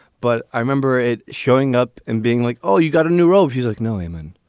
but i remember it showing up and being like, oh, you got a new role. she's like, milliman,